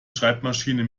schreibmaschine